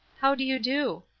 how do you do?